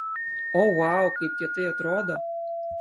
o vau kaip kietai atrodo